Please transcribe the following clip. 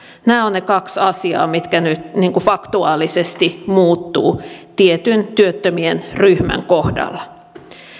nämä ovat ne kaksi asiaa mitkä nyt faktuaalisesti muuttuvat tietyn työttömien ryhmän kohdalla